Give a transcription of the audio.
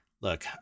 look